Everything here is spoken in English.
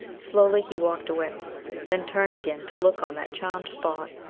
slowly he walked away then turned again to look on that charmed spot,